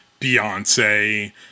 Beyonce